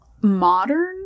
modern